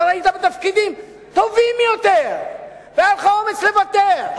כבר היית בתפקידים טובים יותר והיה לך האומץ לוותר,